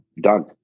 done